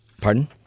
Pardon